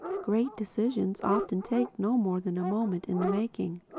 great decisions often take no more than a moment in the making.